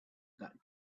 that